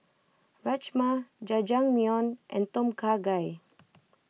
Rajma Jajangmyeon and Tom Kha Gai